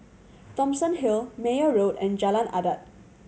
Thomson Hill Meyer Road and Jalan Adat